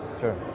sure